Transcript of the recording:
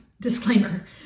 disclaimer